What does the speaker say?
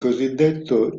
cosiddetto